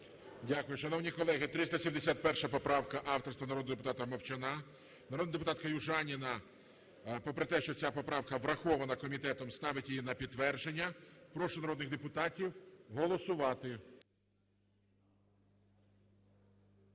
Дякую. Шановні колеги, 371 поправка авторства народного депутата Мовчана. Народна депутатка Южаніна, попри те, що ця поправка врахована комітетом, ставить її на підтвердження. Прошу народних депутатів голосувати.